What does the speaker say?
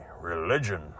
religion